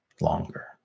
longer